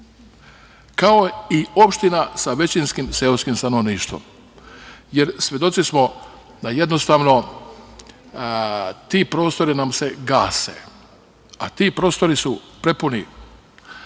kao i opština sa većinskim seoskim stanovništvom. Jer, svedoci smo da jednostavno ti prostori nam se gase, a ti prostori su prepuni